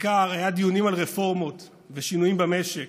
היו דיונים על רפורמות ושינויים במשק,